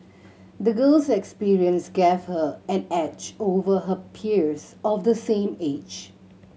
the girl's experience gave her an edge over her peers of the same age